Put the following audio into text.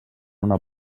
una